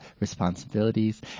responsibilities